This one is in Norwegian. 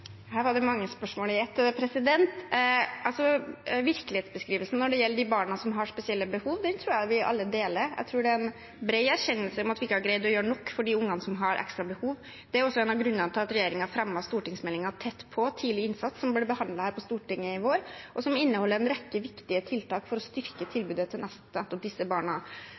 Her var det mange spørsmål i ett. Virkelighetsbeskrivelsen når det gjelder de barna som har spesielle behov, tror jeg vi alle er enig i. Jeg tror det er en bred erkjennelse av at vi ikke har gjort nok for de ungene som har ekstra behov. Det er også en av grunnene til at regjeringen fremmet stortingsmeldingen Tett på – tidlig innsats, som ble behandlet her på Stortinget i vår, og som inneholder en rekke viktige tiltak for å styrke tilbudet til nettopp disse barna.